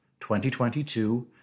2022